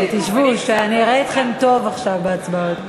תשבו, שאני אראה אתכם טוב עכשיו בהצבעות.